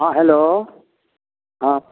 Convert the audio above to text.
हँ हेलो हँ